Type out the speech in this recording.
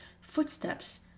footsteps